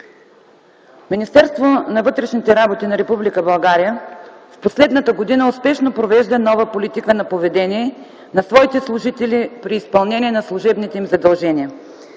Министерството на вътрешните работи на Република България в последната година успешно провежда нова политика на поведение на своите служители при изпълнение на служебните им задължения.